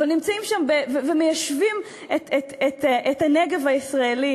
אבל נמצאים שם ומיישבים את הנגב הישראלי